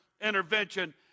intervention